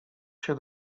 się